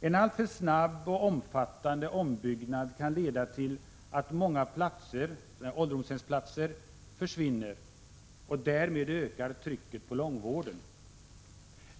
En alltför snabb och omfattande ombyggnad kan leda till att många ålderdomshemsplatser försvinner, och därmed ökar trycket på långvården.